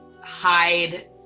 hide